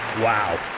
Wow